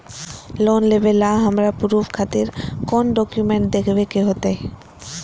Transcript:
Loan लेबे ला हमरा प्रूफ खातिर कौन डॉक्यूमेंट देखबे के होतई?